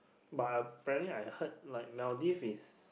but I planning I heard like Maldives is